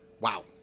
wow